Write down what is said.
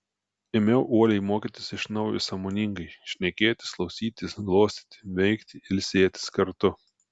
ėmiau uoliai mokytis iš naujo sąmoningai šnekėtis klausytis glostyti veikti ilsėtis kartu